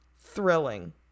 Thrilling